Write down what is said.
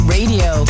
Radio